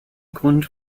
grund